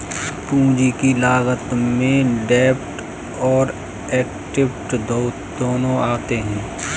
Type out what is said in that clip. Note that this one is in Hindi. पूंजी की लागत में डेब्ट और एक्विट दोनों आते हैं